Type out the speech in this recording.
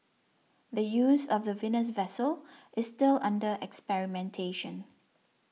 the use of the Venus vessel is still under experimentation